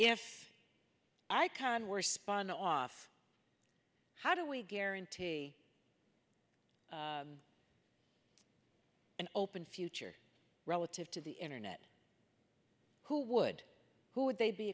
if i can were spun off how do we guarantee an open future relative to the internet who would who would they be